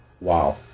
Wow